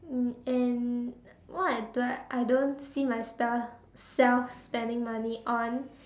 um and what I do I don't see myself self spending money on